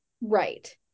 Right